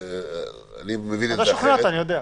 --- אתה שוכנעת, אני יודע.